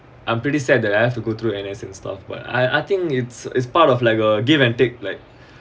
I'm pretty sad that I have to go through N_S and stuff but I I think it's it's part of like a give and take like